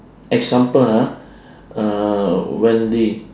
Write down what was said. example ah uh wendy